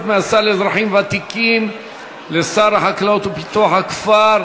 מהשר לאזרחים ותיקים לשר החקלאות ופיתוח הכפר.